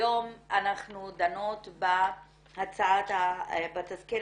היום אנחנו דנות בהצעת החוק